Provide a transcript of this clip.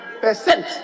percent